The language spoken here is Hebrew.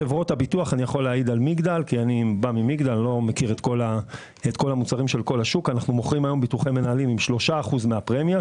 במגדל אנחנו מוכרים היום ביטוחי מנהלים ב-3% מהפרמיה,